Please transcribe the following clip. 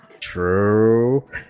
True